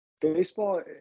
Baseball